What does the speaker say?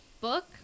Book